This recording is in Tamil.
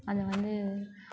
அது வந்து